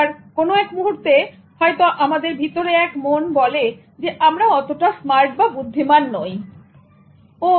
আবার কোন এক মুহূর্তে আমাদের ভিতরে এক মন বলে যে আমরা অতটা স্মার্ট বা বুদ্ধিমান নই ও